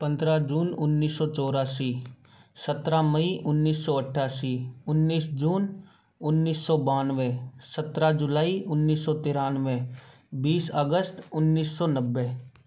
पंद्रह जून उन्नीस सौ चौरासी सत्रह मई उन्नीस सौ अट्ठासी उन्नीस जून उन्नीस सौ बानवे सत्रह जुलाई उन्नीस सौ तिरानवे बीस अगस्त उन्नीस सौ नब्बे